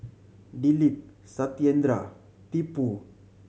Dilip Satyendra Tipu